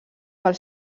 pel